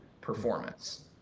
performance